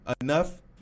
enough